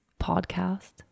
podcast